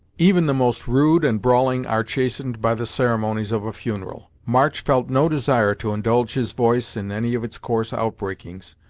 even the most rude and brawling are chastened by the ceremonies of a funeral. march felt no desire to indulge his voice in any of its coarse outbreakings,